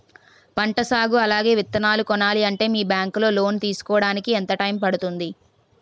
పంట సాగు అలాగే విత్తనాలు కొనాలి అంటే మీ బ్యాంక్ లో లోన్ తీసుకోడానికి ఎంత టైం పడుతుంది?